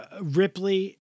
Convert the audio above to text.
Ripley